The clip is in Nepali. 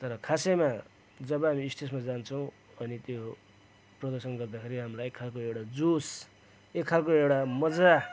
तर खासैमा जब हामी स्टेजमा जान्छौँ अनि त्यो प्रदर्शन गर्दाखेरि एक खालको एउटा जोस एक खालको एउटा मजा